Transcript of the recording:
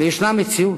ויש מציאות,